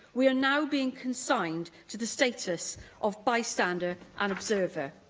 we are now being consigned to the status of bystander and observer.